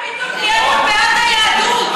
מה פתאום נהיית בעד היהדות?